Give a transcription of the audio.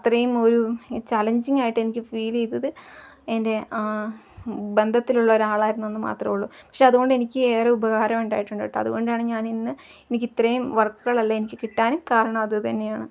അത്രയും ഒരു ചാലഞ്ചിങ്ങായിട്ട് എനിക്ക് ഫീൽ ചെയ്തത് എൻ്റെ ബന്ധത്തിലുള്ള ഒരാളായിരുന്നെന്നു മാത്രമേയുള്ളൂ പക്ഷെ അതു കൊണ്ട് എനിക്ക് ഏറെ ഉപകാരം ഉണ്ടായിട്ടുണ്ട് കേട്ടോ അതു കൊണ്ടാണ് ഞാനിന്ന് എനിക്കിത്രയും വർക്കുകളല്ല എനിക്ക് കിട്ടാനും കാരണം അതു തന്നെയാണ്